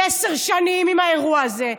היא עשר שנים עם האירוע הזה,